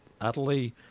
utterly